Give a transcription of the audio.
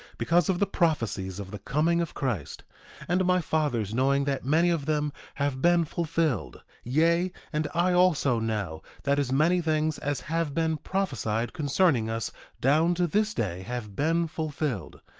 because of the prophecies of the coming of christ and my fathers knowing that many of them have been fulfilled yea, and i also know that as many things as have been prophesied concerning us down to this day have been fulfilled,